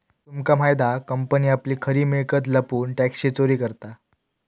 तुमका माहित हा कंपनी आपली खरी मिळकत लपवून टॅक्सची चोरी करता